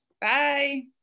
Bye